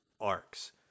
arcs